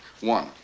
One